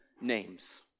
names